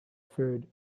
food